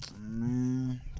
Man